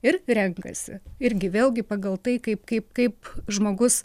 ir renkasi irgi vėlgi pagal tai kaip kaip kaip žmogus